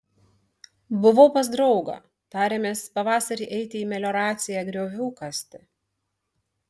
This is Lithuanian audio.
buvau pas draugą tarėmės pavasarį eiti į melioraciją griovių kasti